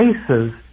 cases